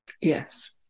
yes